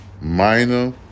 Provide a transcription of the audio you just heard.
minor